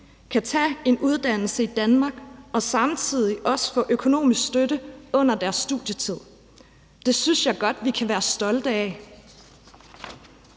kan tage en uddannelse i Danmark og samtidig også få økonomisk støtte under sin studietid. Det synes jeg godt vi kan være stolte af.